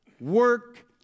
work